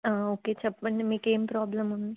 okay చెప్పండి మీకు ఏమి ప్రాబ్లం ఉంది